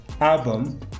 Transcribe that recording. album